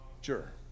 Sure